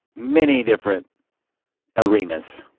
many different arenas.